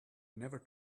never